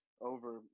over